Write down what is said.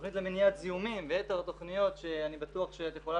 תכנית למניעת זיהומים ויתר התכניות שאני בטוח שאת יכולה